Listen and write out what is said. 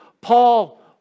Paul